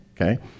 okay